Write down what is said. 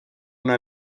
una